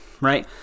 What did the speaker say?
right